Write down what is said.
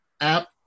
app